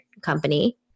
company